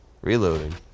Reloading